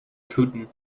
putin